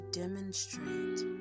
demonstrate